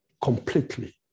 completely